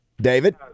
David